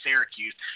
Syracuse